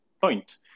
point